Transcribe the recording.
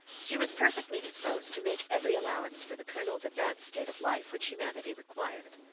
she was perfectly disposed to make every allowance for the colonel's advanced state of life which humanity required.